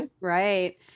Right